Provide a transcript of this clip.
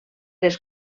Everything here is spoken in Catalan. les